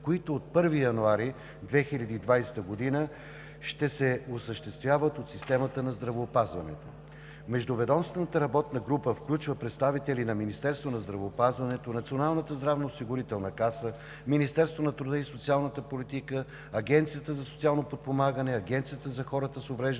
които от 1 януари 2020 г. ще се осъществяват от системата на здравеопазването. Междуведомствената работна група включва представители на Министерството на здравеопазването, Националната здравноосигурителна каса, Министерството на труда и социалната политика, Агенцията за социално подпомагане, Агенцията за хората с увреждания